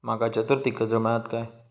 माका चतुर्थीक कर्ज मेळात काय?